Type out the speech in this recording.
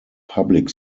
public